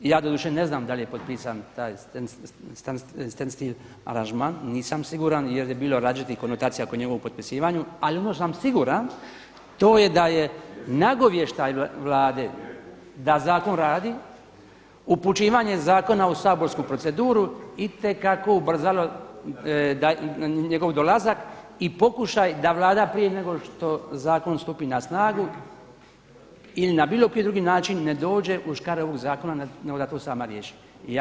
Ja doduše ne znam da li je potpisan … aranžman, nisam siguran jer je bilo različitih konotacija oko njegovog potpisivanja ali ono što sam siguran to je da je nagovještaj Vlade da zakon radi, upućivanje zakona u saborsku proceduru itekako ubrzalo njegov dolazak i pokušaj da Vlada prije nego što zakon stupi na snagu ili na bilo koji drugi način ne dođe u škare ovog zakona nego da to sama riješi.